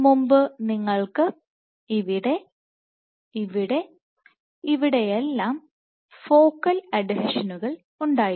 മുമ്പ് നിങ്ങൾക്ക് ഇവിടെ ഇവിടെയെല്ലാം ഫോക്കൽ അഡ്ഹീഷനുകൾ ഉണ്ടായിരുന്നു